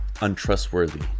untrustworthy